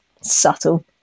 subtle